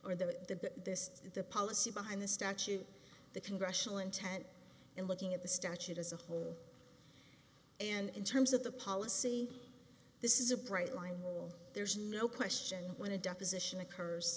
or the the policy behind the statute the congressional intent in looking at the statute as a whole and in terms of the policy this is a bright line rule there's no question when a deposition occurs